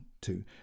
two